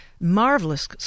marvelous